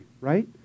right